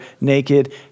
naked